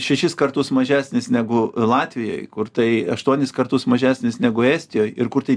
šešis kartus mažesnis negu latvijoj kur tai aštuonis kartus mažesnis negu estijoj ir kur tai